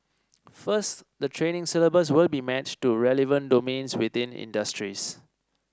first the training syllabus will be matched to relevant domains within industries